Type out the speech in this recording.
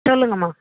சொல்லுங்கம்மா